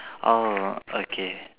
orh okay